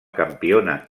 campiona